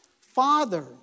Father